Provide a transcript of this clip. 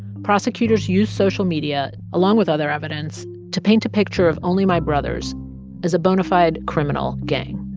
prosecutors used social media along with other evidence to paint a picture of only my brothers as a bona fide criminal gang